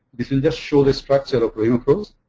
this is just show the structure of rahimafrooz.